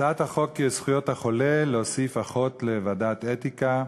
הצעת חוק זכויות החולה, הוספת אחות לוועדת אתיקה,